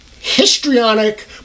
histrionic